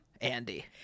Andy